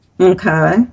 Okay